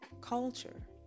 culture